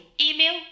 Email